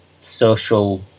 social